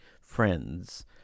Friends